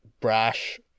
brash